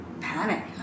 panic